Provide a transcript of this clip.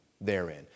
therein